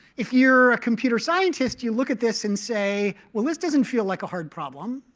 if you're a computer scientist, you'll look at this and say, well, this doesn't feel like a hard problem.